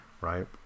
right